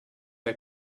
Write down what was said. der